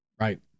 Right